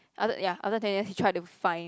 after ya after ten years he tried to find